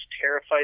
terrified